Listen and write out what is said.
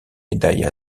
médailles